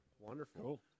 Wonderful